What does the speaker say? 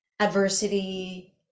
adversity